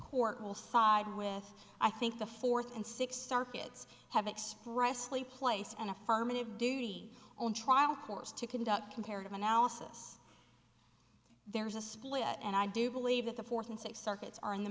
court will side with i think the fourth and sixth circuit have expressed lee place an affirmative duty on trial course to conduct comparative analysis there's a split and i do believe that the fourth and sixth circuits are in the